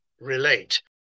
relate